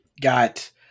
got